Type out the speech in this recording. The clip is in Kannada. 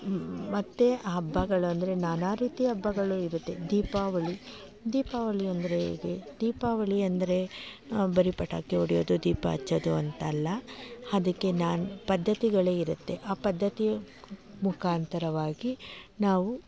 ಮತ್ತೆ ಹಬ್ಬಗಳು ಅಂದರೆ ನಾನಾ ರೀತಿ ಹಬ್ಬಗಳು ಇರುತ್ತೆ ದೀಪಾವಳಿ ದೀಪಾವಳಿ ಅಂದರೆ ಹೇಗೆ ದೀಪಾವಳಿ ಅಂದರೆ ಬರಿ ಪಟಾಕಿ ಹೊಡಿಯೋದು ದೀಪ ಹಚ್ಚೋದು ಅಂತಲ್ಲ ಅದಕ್ಕೆ ನಾನಾ ಪದ್ದತಿಗಳೇ ಇರುತ್ತೆ ಆ ಪದ್ಧತಿ ಮುಖಾಂತರವಾಗಿ ನಾವು